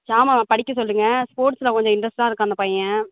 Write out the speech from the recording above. ஷாமை அவனை படிக்க சொல்லுங்கள் ஸ்போர்ட்ஸில் கொஞ்சம் இன்ட்ரஸ்ட்டாக இருக்கான் அந்த பையன்